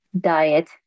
diet